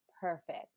perfect